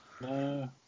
No